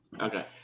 Okay